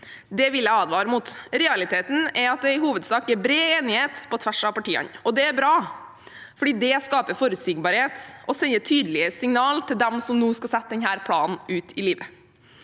Det vil jeg advare mot. Realiteten er at det i hovedsak er bred enighet på tvers av partiene. Det er bra, for det skaper forutsigbarhet og sender tydelige signaler til dem som nå skal sette denne planen ut i livet.